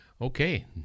Okay